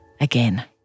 again